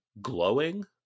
glowing